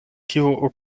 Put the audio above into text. kiu